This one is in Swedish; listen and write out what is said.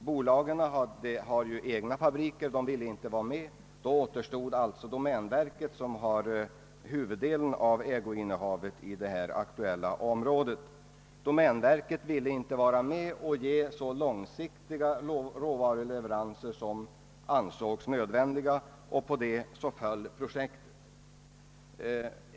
Bolagen har egna fabriker och ville inte delta, och då återstod alltså domänverket som har huvuddelen av ägoinnehavet i det aktuella området. Domänverket ville inte acceptera de långsiktiga råvaruleveranser som ansågs. nödvändiga, och på grund härav föll projektet.